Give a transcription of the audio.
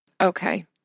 Okay